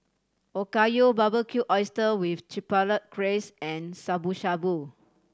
Okayu Barbecued Oyster with Chipotle Glaze and Shabu Shabu